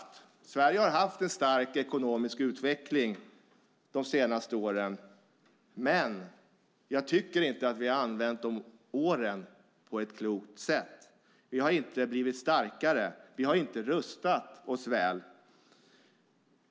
Sverige har haft en stark ekonomisk utveckling under de senaste åren, men jag tycker inte att vi har använt de åren på ett klokt sätt. Vi har inte blivit starkare. Vi har inte rustat oss väl.